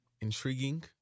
intriguing